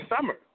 summer